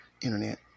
internet